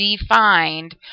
defined